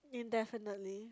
indefinitely